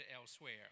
elsewhere